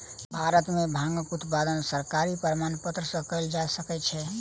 भारत में भांगक उत्पादन सरकारी प्रमाणपत्र सॅ कयल जा सकै छै